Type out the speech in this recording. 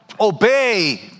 obey